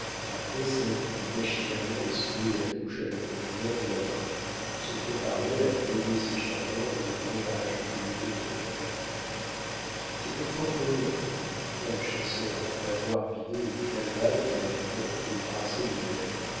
après s'être machinalement essuyé la bouche avec le revers de la main pour se préparer à noyer ses chagrins dans le breuvage qui lui était offert c'est un fort beau nom répliqua le chasseur après avoir vidé une calebasse de la liqueur qu'il brassait lui-même